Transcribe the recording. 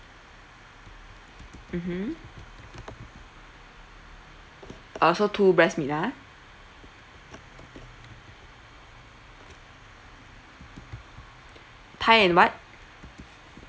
mmhmm uh also two breast meat ah thigh and what